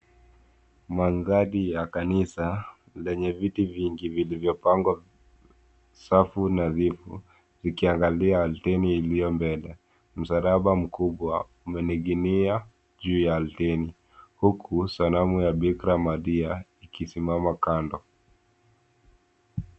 Mandhari ya kanisa yenye viti vingi vilivyopangwa safu nadhifu zikiangalia alter iliyo mbele. Msalaba mkubwa umening'inia juu ya alter huku sanamu ya bikra Maria ikisimama kando.